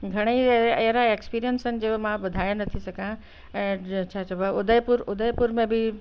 घणेई एर अहिड़ा एक्सपीरियंस आहिनि जेको मां ॿुधाए नथी सघां ऐं छा चइबो आहे उदयपुर उदयपुर बि